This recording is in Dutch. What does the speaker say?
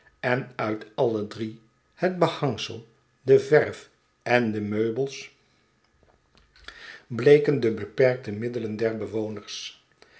en uit alle drie het behangsel de verw en de meubels bleken de beperkte middelen der bewoners